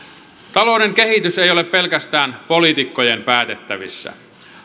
talouden kehitys ei ole pelkästään poliitikkojen päätettävissä